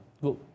good